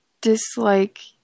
dislike